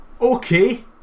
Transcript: okay